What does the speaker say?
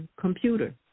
computer